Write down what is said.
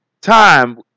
time